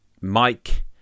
Mike